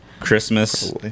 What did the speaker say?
christmas